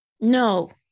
No